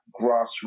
grassroots